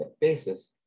basis